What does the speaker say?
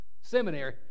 seminary